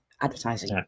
advertising